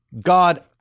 God